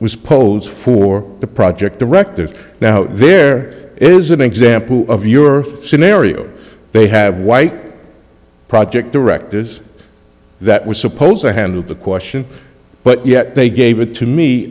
was posed for the project directors now there is an example of your scenario they had white project directors that were supposed to handle the question but yet they gave it to me